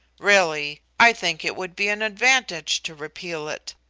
really, i think it would be an advantage to repeal it.